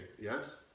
yes